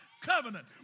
covenant